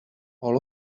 all